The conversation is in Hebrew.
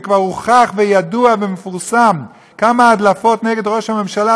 וכבר הוכח וידוע ומפורסם כמה הדלפות נגד ראש הממשלה,